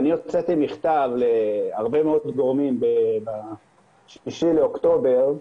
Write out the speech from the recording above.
אני הוצאתי מכתב להרבה מאוד גורמים ב-3 באוקטובר 2021,